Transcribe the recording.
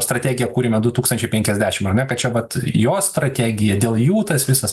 strategiją kuriame du tūkstančiai penkiasdešim ar ne kad čia vat jos strategija dėl jų tas visas